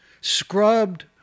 scrubbed